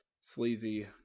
sleazy